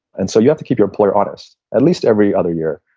and so, you have to keep your employer honest, at least every other year,